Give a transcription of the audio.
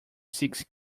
six